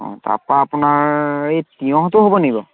অঁ তাপা আপোনাৰ এই তিয়হঁটো হ'ব নেকি বাৰু